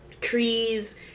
trees